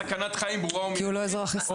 סכנת חיים ברורה ומיידית או פגיעה מינית.